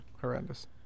Horrendous